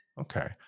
Okay